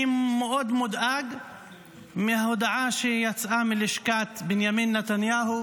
אני מאוד מודאג מההודעה שיצאה מלשכת בנימין נתניהו,